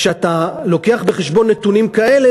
כשאתה מביא בחשבון נתונים כאלה,